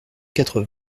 quatre